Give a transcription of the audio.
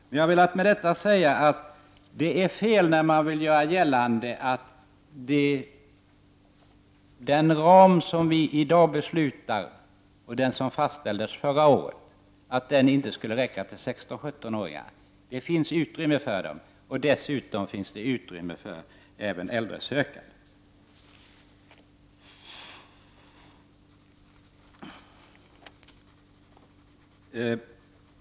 Med detta har jag velat säga att det är fel när man vill göra gällande att den ram som vi i dag beslutar om, och den som fastställdes förra året, inte skulle räcka till 16 — 17-åringarna. Det finns utrymme för dem, och dessutom finns det utrymme för även äldre sökande.